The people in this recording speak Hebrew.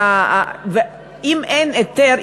אם אין היתר,